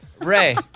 Ray